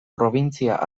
probintzia